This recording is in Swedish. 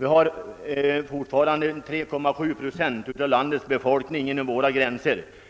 Vi har fortfarande inom våra gränser 3,7 procent av landets befolkning,